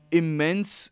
immense